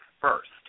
first